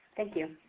thank you.